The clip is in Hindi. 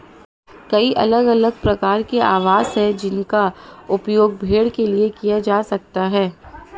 कई अलग अलग प्रकार के आवास हैं जिनका उपयोग भेड़ के लिए किया जा सकता है